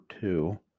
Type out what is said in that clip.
two